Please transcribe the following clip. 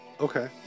Okay